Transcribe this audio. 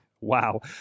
wow